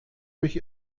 mich